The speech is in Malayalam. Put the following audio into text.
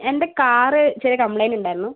എൻ്റെ കാറ് ചെറിയ കംപ്ലൈന്റുണ്ടായിരുന്നു